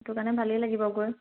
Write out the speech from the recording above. সেইটো কাৰণে ভালেই লাগিব গৈ